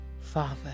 Father